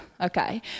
okay